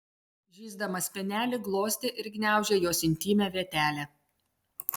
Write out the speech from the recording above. žįsdamas spenelį glostė ir gniaužė jos intymią vietelę